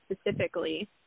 specifically